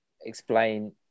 explain